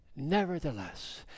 Nevertheless